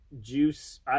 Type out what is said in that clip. juice